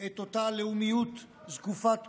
את אותה לאומיות זקופת קומה,